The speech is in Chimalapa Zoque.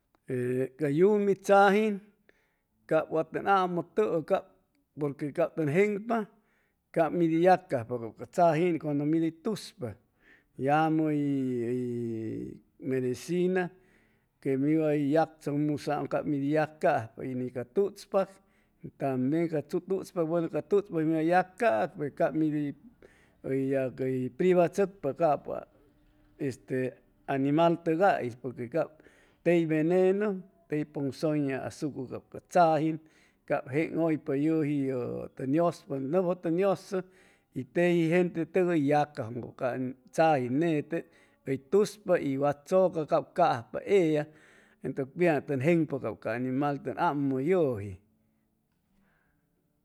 Ee ca yumi tzajin cap wat tʉn amʉtʉʉ cap porque cap tʉn jeŋpa cap mi di yacajpa cap ca tzajin cuando mid hʉy tuzpa yamʉ hʉy hʉy medicina que mi way yagchʉcmusaam cap mid hʉy yacajpa ni ca tutzpa ca tutzpa mi way a caa pe cap mid hʉy hʉy privachʉcpa capʉ este animaltʉgais porque cap tey venenu tey ponsoña asucʉ cap ca tzajin cap jeŋʉypa yʉji yʉ tʉn yʉspa y teji gentetʉgay hʉy yacajwaam cap ca tzajin nete hʉy tuzpa y wat chʉca cap cajpa ella entʉ pitzaŋ tʉn jeŋpa cap ca ainimal tʉn amʉʉ yʉji